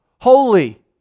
holy